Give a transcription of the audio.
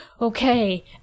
okay